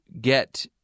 get –